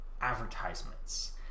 advertisements